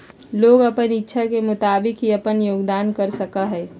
लोग अपन इच्छा के मुताबिक ही अपन योगदान कर सका हई